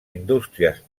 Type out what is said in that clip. indústries